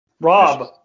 Rob